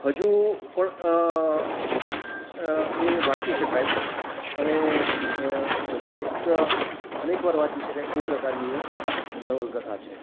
હજુ પણ એ વાંચી શકાય અને રિપીટ અનેક વાર વાંચી શકાય એ પ્રકારની એ નવલકથા છે